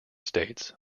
states